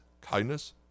kindness